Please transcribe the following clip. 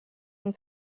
and